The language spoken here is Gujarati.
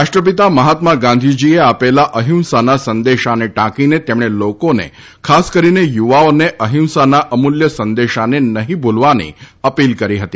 રાષ્ટ્રપિતા મહાત્મા ગાંધીજીએ આપેલા અહિંસાના સંદેશાને ટાંકીને તેમણે લોકોને ખાસ કરીને યુવાઓને અહિસાના અમૂલ્ય સંદેશાના નહિ ભૂલવાની અપિલ કરી હતી